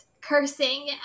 cursing